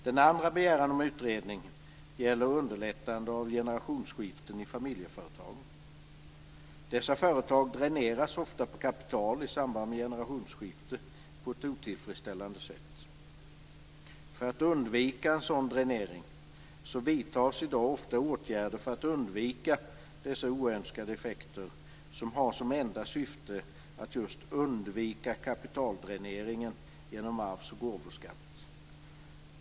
Den andra begäran om utredning gäller underlättande av generationsskiften i familjeföretag. Dessa företag dräneras ofta på kapital i samband med generationsskifte på ett otillfredsställande sätt. För att undvika en sådan dränering, med oönskade effekter, vidtas i dag ofta åtgärder som har som enda syfte att just undvika kapitaldräneringen genom arvs och gåvoskatt.